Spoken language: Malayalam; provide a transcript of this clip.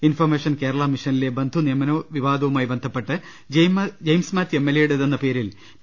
ഇൻഫർമേഷൻ കേരള മിഷനിലെ ബന്ധുനിയമന വിവാദവുമായി ബന്ധപ്പെട്ട് ജയിംസ് മാത്യു എംഎൽഎയുടെതെന്ന പേരിൽ പി